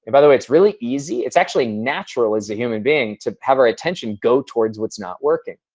by the way, it's really easy. it's actually natural as a human being to have our attention go towards what's not working.